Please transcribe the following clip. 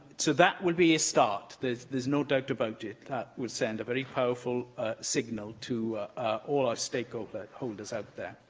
that would be a start there's there's no doubt about it. that would send a very powerful signal to all our stakeholders stakeholders out there.